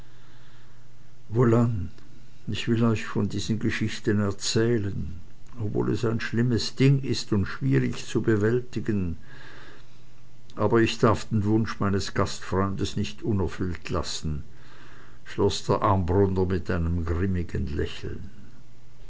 wohlan ich will euch von diesen geschichten erzählen obwohl es ein schlimmes ding ist und schwierig zu bewältigen aber ich darf den wunsch meines gastfreundes nicht unerfüllt lassen schloß der armbruster mit einem grimmigen lächeln